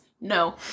no